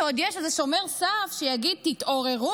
שעוד יש איזה שומר סף שיגיד: תתעוררו,